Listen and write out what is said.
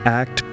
act